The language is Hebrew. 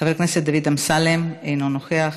חבר הכנסת דוד אמסלם, אינו נוכח,